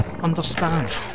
Understand